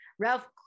Ralph